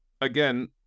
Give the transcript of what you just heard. again